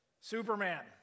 Superman